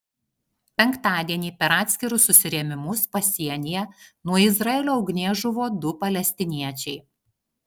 penktadienį per atskirus susirėmimus pasienyje nuo izraelio ugnies žuvo du palestiniečiai